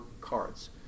cards